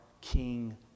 King